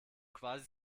quasi